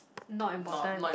not important